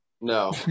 No